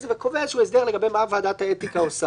ובכך לשפר את יכולת העבודה של הוועדות ואת הייצוגיות שלהן.